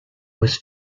was